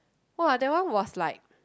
!wah! that one was like